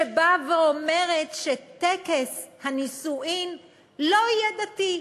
שבאה ואומרת שטקס הנישואים לא יהיה דתי.